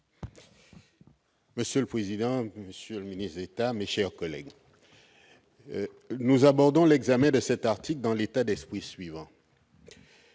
Monsieur le président, monsieur le ministre d'État, mes chers collègues, nous abordons l'examen de cet article dans l'état d'esprit suivant